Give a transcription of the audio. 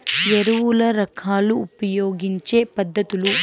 ఎరువుల రకాలు ఉపయోగించే పద్ధతులు?